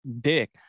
dick